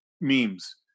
memes